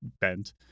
Bent